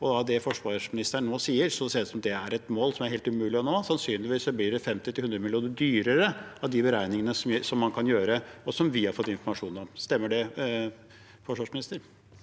det forsvarsministeren nå sier, ser det ut som om det er et mål som er helt umulig å nå. Sannsynligvis blir det 50–100 mill. kr dyrere, ut fra de beregningene man kan gjøre, og som vi har fått informasjon om. Stemmer det? Statsråd Bjørn